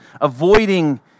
avoiding